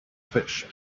fish